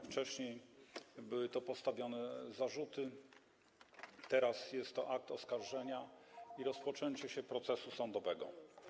Wcześniej zostały postawione zarzuty, teraz jest to akt oskarżenia i rozpoczęcie procesu sądowego.